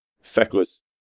feckless